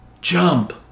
Jump